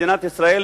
מדינת ישראל,